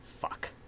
Fuck